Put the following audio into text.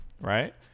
Right